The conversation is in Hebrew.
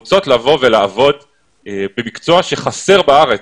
ולעבוד במקצוע שחסר בארץ.